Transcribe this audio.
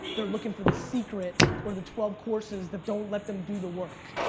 their looking for the secret or the twelve courses that don't let them do the work.